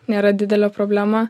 nėra didelė problema